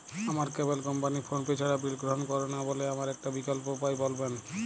আমার cable company PhonePe ছাড়া bill গ্রহণ করে না বলে আমার একটা বিকল্প উপায় বলবেন?